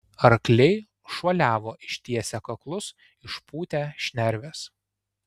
arkliai šuoliavo ištiesę kaklus išpūtę šnerves